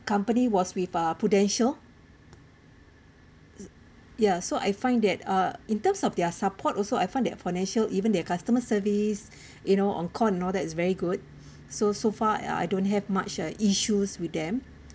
company was with uh Prudential ya so I find that uh in terms of their support also I find their financial even their customer service you know on call and all that is very good so so far I don't have much uh issues with them